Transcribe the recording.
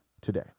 today